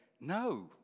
no